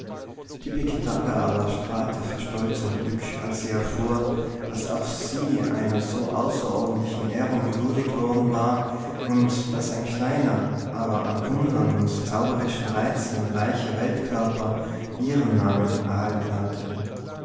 tipekitanga aber strahlte vor stolz und glück als sie erfuhr daß auch sie einer so außerordentlichen ehrung gewürdigt worden war und daß ein kleiner aber an wundern und zauberischen reizen reicher weltkörper ihren namen erhalten hatte